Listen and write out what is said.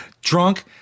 Drunk